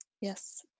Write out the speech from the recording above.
Yes